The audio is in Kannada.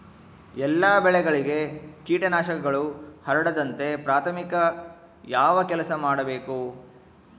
ಎಲ್ಲ ಬೆಳೆಗಳಿಗೆ ಕೇಟನಾಶಕಗಳು ಹರಡದಂತೆ ಪ್ರಾಥಮಿಕ ಯಾವ ಕೆಲಸ ಮಾಡಬೇಕು?